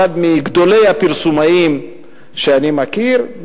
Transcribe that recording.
עם אחד מגדולי הפרסומאים שאני מכיר,